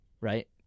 right